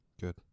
good